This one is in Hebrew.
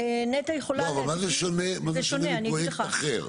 במה זה שונה מפרויקט אחר?